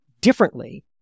differently